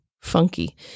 funky